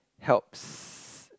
helps